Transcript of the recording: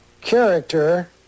character